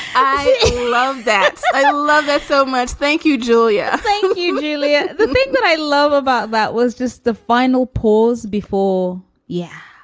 love that. i love it so much. thank you, julia. thank you. really? ah the thing that i love about that was just the final polls before yeah.